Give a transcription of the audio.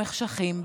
במחשכים,